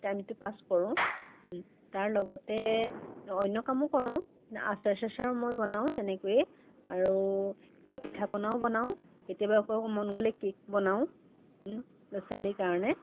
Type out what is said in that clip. টাইমটো পাছ কৰোঁ তাৰ লগতে অন্য কামো কৰোঁ আচাৰ চাচাৰো মই বনাওঁ তেনেকৈয়ে কিবা পিঠাপনাও বনাওঁ কেতিয়াবা আকৌ মন গ'লে কেক বনাওঁ ল'ৰা ছোৱালীৰ কাৰণে